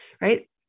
right